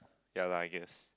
ya lah I guess